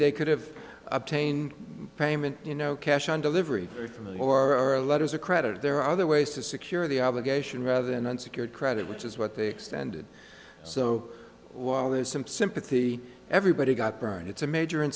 they could have obtained payment you know cash on delivery from the or or letters of credit there are other ways to secure the obligation rather than unsecured credit which is what they extended so while there's some sympathy everybody got burned it's a major